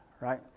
right